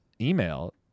email